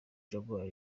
jaguar